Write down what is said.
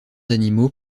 animaux